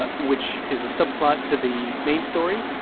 ah which is a subplot to the main story.